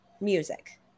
music